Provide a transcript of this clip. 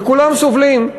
וכולם סובלים.